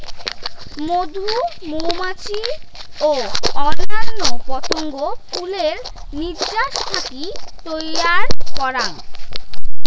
মধু মৌমাছি ও অইন্যান্য পতঙ্গ ফুলের নির্যাস থাকি তৈয়ার করাং